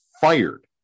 fired